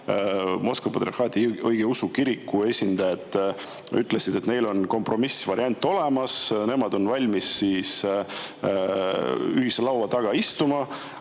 Moskva patriarhaadi õigeusu kiriku esindajad ütlesid, et neil on kompromissvariant olemas, nad on valmis ühise laua taha istuma.